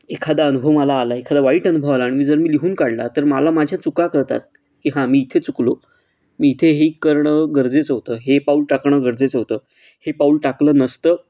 एखादा अनुभव मला आला एखादा वाईट अनुभव आला आणि मी जर मी लिहून काढला तर मला माझ्या चुका कळतात की हां मी इथे चुकलो मी इथे हे करणं गरजेचं होतं हे पाऊल टाकणं गरजेचं होतं हे पाऊल टाकलं नसतं